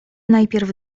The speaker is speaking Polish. najpierw